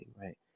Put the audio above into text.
right